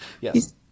Yes